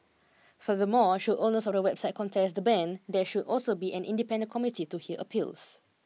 furthermore should owners of the websites contest the ban there should also be an independent committee to hear appeals